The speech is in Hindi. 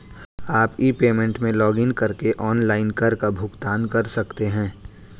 आप ई पेमेंट में लॉगइन करके ऑनलाइन कर का भुगतान कर सकते हैं